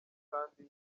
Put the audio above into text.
kandi